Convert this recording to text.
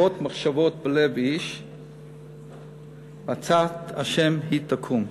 "רבות מחשבות בלב איש ועצת ה' היא תקום".